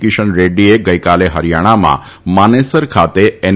કિશન રેડ્રીએ ગઇકાલે હરીયાણામાં માનેસર ખાતે એન